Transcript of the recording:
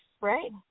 right